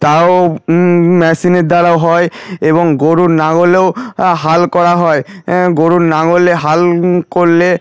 তাও মেশিনের দ্বারা হয় এবং গরুর নাঙলেও হাল করা হয় গরুর নাঙলে হাল করলে